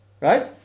Right